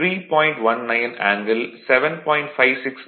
19 angle 7